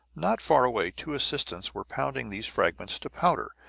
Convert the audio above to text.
not far away two assistants were pounding these fragments to powder,